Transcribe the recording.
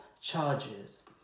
charges